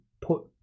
put